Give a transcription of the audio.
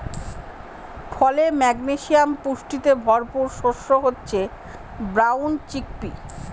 ফলে, ম্যাগনেসিয়াম পুষ্টিতে ভরপুর শস্য হচ্ছে ব্রাউন চিকপি